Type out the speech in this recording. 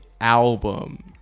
album